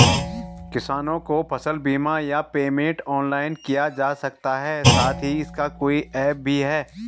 किसानों को फसल बीमा या पेमेंट ऑनलाइन किया जा सकता है साथ ही इसका कोई ऐप भी है?